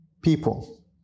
people